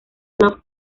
love